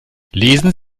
lesen